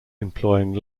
employing